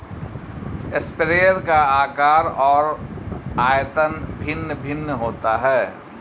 sprayer का आकार और आयतन भिन्न भिन्न होता है